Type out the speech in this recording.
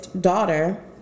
daughter